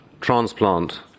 transplant